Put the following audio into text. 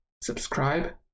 subscribe